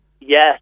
Yes